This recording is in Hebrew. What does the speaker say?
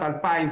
בשנת